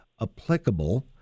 applicable